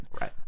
Right